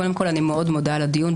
קודם כול אני מאוד מודה על הדיון,